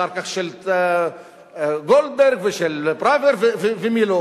אחר כך של גולדברג ושל פראוור ומי לא,